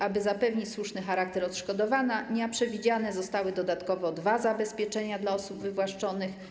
Aby zapewnić słuszny charakter odszkodowania, przewidziane zostały dodatkowo dwa zabezpieczenia dla osób wywłaszczonych.